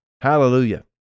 Hallelujah